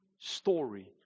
story